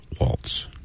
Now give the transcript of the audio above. Waltz